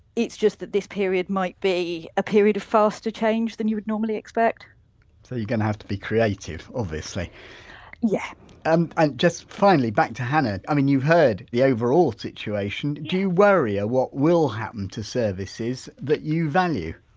it's just that this period might be a period of faster change than you would normally expect so, you're going to have to be creative obviously yeah um and just finally back to hannah, i mean you've heard the overall situation, do you worry ah what will happen to services that you value?